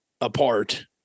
apart